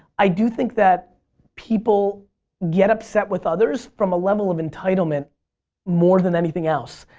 i do think that people get upset with others from a level of entitlement more than anything else.